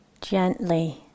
gently